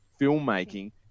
filmmaking